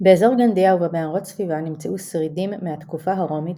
באזור גנדיה ובמערות סביבה נמצאו שרידים מהתקופה הרומית